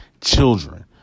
children